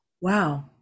Wow